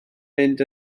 fynd